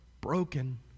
broken